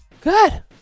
Good